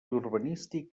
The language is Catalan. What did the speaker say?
urbanístic